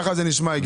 ככה זה נשמע הגיוני.